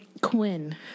Quinn